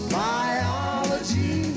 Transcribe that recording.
biology